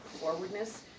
forwardness